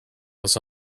was